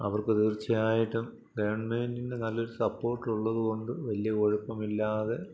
അവർക്ക് തീർച്ചയായിട്ടും ഗവൺമെൻ്റിൻ്റെ നല്ലൊരു സപ്പോട്ടുള്ളതുകൊണ്ട് വലിയ കുഴപ്പമില്ലാതെ